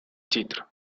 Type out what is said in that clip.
titre